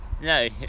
No